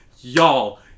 Y'all